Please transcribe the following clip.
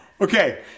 Okay